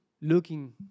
looking